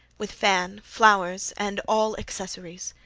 with fan, flowers, and all accessories.